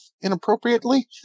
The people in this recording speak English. inappropriately